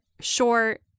short